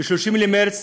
ב-30 במרס